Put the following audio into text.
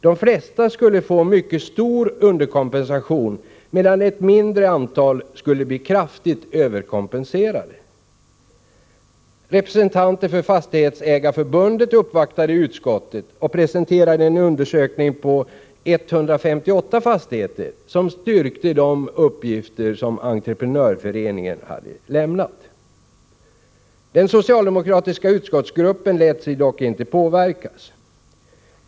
De flesta skulle få mycket stor underkompensation medan ett mindre antal skulle bli kraftigt överkompenserade. Representanter för Fastighetsägareförbundet uppvaktade utskottet och presenterade en undersökning på 158 fastigheter, som styrkte de uppgifter som Byggnadsentreprenörföreningen lämnat. Den socialdemokratiska utskottsgruppen lät sig dock inte påverkas.